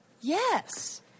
Yes